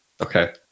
Okay